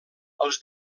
els